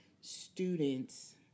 students